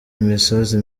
imisozi